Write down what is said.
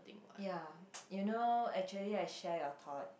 ya you know actually I shared you thought